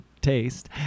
taste